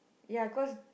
ya cause